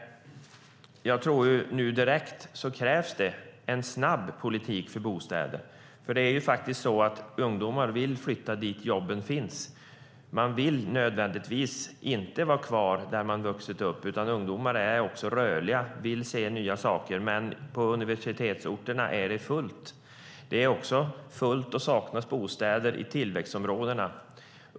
Jag tror att det nu direkt krävs en snabb politik för bostäder. Ungdomar vill faktiskt flytta dit där jobben finns. De vill inte nödvändigtvis vara kvar där de vuxit upp. Ungdomar är också rörliga och vill se nya saker. Men på universitetsorterna är det fullt. Det är också fullt och saknas bostäder i tillväxtområdena.